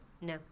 No